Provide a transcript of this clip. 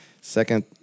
Second